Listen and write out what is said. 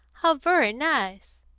how vurry nice!